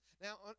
Now